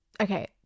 okay